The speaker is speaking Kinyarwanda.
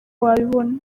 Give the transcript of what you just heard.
wabibona